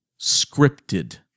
scripted